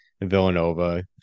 Villanova